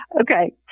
Okay